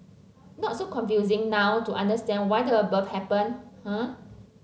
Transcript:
not so confusing now to understand why the above happened eh